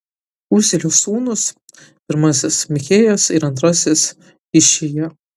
uzielio sūnūs pirmasis michėjas ir antrasis išija